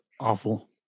awful